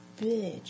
bitch